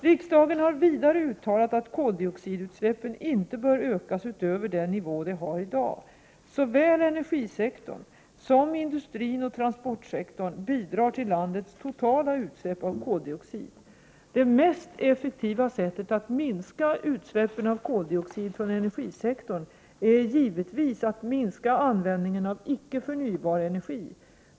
Riksdagen har vidare uttalat att koldioxidutsläppen inte bör ökas utöver den nivå de har i dag. Såväl energisektorn som industrin och transportsektorn bidrar till landets totala utsläpp av koldioxid. Det mest effektiva sättet att minska utsläppen av koldioxid från energisektorn är givetvis att minska användningen av icke förnybar energi.